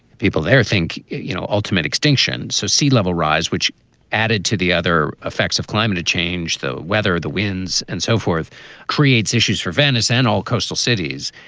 people there, think, you know, ultimate extinction. so sea level rise, which added to the other effects of climate change, though, whether the winds and so forth creates issues for venice and all coastal cities.